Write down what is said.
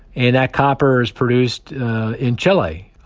and that copper is produced in chile.